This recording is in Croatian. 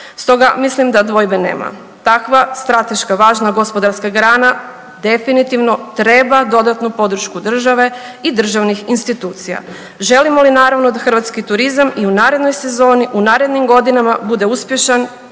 Stoga, mislim da dvojbe nema. Takva strateška važna gospodarska grana definitivno treba dodatnu podršku države i državnih institucija. Želimo li naravno da hrvatski turizam i u narednoj sezoni, u narednim godinama bude uspješan